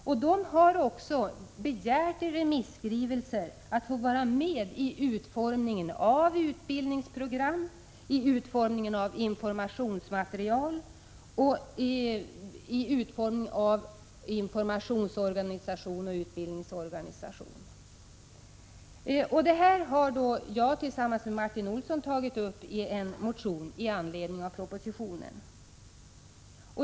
Dessa instanser har också i remisskrivelser begärt att få vara med i utformningen av utbildningsprogram, i utformningen av informationsmaterial och i utformningen av informationsoch utbildningsorganisationen. Tillsammans med Martin Olsson har jag tagit upp detta i en motion med anledning av propositionen.